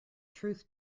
truth